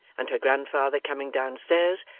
and her grandfather coming down stairs,